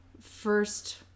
first